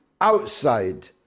outside